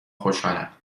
خوشحالم